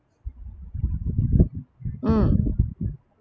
mm